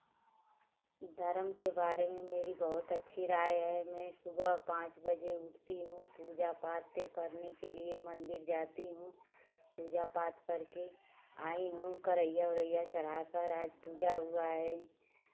धर्म के बारे में मेरी बहुत अच्छी राय है मैं सुबह पाँच बजे उठती हूँ पूजा पाठ के करने के लिए मंदिर जाती हूँ पूजा पाठ करके आई हूँ करहिया वरहिया चढ़ाकर आज पूजा हुआ है